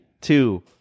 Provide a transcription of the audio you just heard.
two